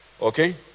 okay